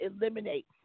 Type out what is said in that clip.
eliminate